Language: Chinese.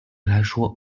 来说